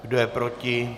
Kdo je proti?